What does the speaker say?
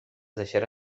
deixarà